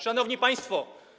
Szanowni Państwo!